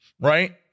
Right